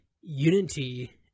unity